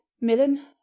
millen